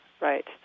right